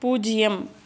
பூஜ்ஜியம்